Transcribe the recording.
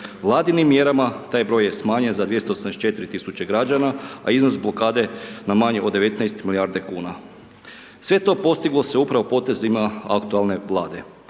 Vladinim mjerama taj broj je smanjen za 284 000 građana a iznos blokade na manji od 19 milijardi kuna. Sve to postiglo se upravo potezima aktualne Vlade.